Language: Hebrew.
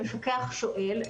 ברגע שמפקח שואל,